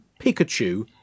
Pikachu